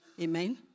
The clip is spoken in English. Amen